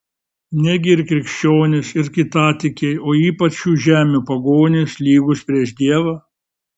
negi ir krikščionys ir kitatikiai o ypač šių žemių pagonys lygūs prieš dievą